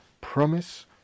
Promise